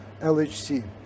LHC